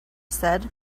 said